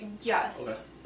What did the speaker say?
Yes